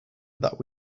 that